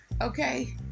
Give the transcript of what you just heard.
okay